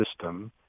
system